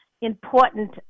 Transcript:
important